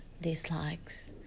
dislikes